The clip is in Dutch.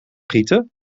gieten